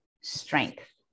strength